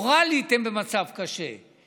ומורלית הם במצב קשה,